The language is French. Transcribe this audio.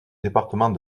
département